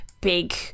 big